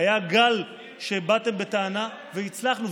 היה גל שבאתם בטענה, והצלחנו.